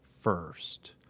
first